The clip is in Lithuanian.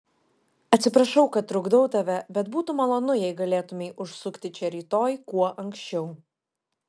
atsiprašau kad trukdau tave bet būtų malonu jei galėtumei užsukti čia rytoj kuo anksčiau